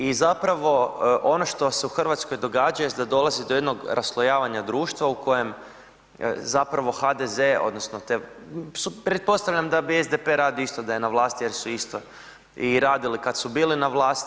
I zapravo ono što se u Hrvatskoj događa jest da dolazi do jednog raslojavanja društva u kojem zapravo HDZ odnosno te pretpostavljam da bi SDP radio isto da je na vlasti jer su isto i radili kad su bili na vlasti.